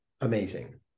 amazing